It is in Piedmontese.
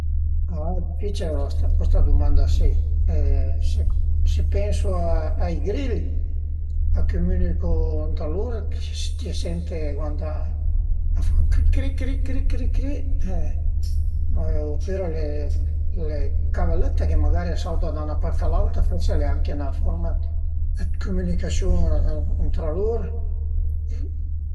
Al e dificil custa dumanda si. Si pensu ai grigl a cumünicu tra lur, t'ie sente cuand a fan cri cri cri cri cri cri cri e opüra le cavalëtte che magari a sautu da üna parta a l'auta, forsi al e anche 'na furma dë cumünicasiun tra lur